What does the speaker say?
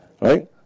Right